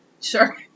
Sure